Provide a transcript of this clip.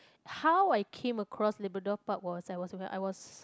how I came across Labrador-Park was I was when I was